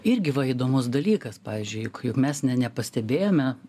irgi va įdomus dalykas pavyzdžiui juk juk mes ne nepastebėjome